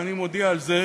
ואני מודיע על זה,